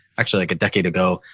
actually like a decade ago,